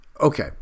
Okay